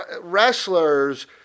wrestlers